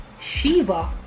Shiva